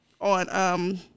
on